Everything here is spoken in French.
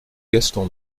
gaston